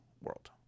world